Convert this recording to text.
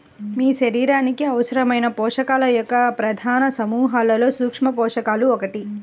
మీ శరీరానికి అవసరమైన పోషకాల యొక్క ప్రధాన సమూహాలలో సూక్ష్మపోషకాలు ఒకటి